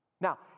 Now